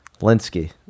Linsky